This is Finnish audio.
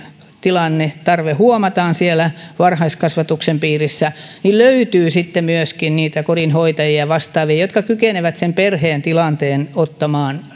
tilanne ja tarve huomataan siellä varhaiskasvatuksen piirissä löytyy sitten myöskin niitä kodinhoitajia ja vastaavia jotka kykenevät sen perheen tilanteen ottamaan